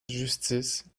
justice